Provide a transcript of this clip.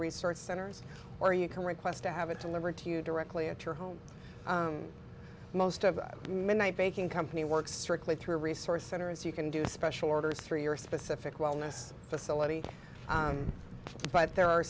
research centers or you can request to have it delivered to you directly at your home and most of the midnight baking company works strictly through a resource center as you can do special orders through your specific wellness facility but there are